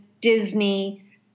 Disney